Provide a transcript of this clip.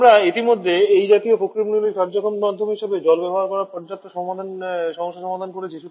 আমরা ইতিমধ্যে এই জাতীয় প্রক্রিয়াগুলির কার্যক্ষম মাধ্যম হিসাবে জল ব্যবহার করার পর্যাপ্ত সমস্যার সমাধান করেছি